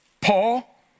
Paul